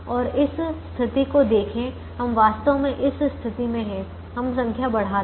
और इस स्थिति को देखें हम वास्तव में इस स्थिति में हैं हम संख्या बढ़ाते हैं